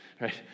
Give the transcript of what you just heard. right